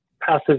passive